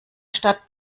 stadt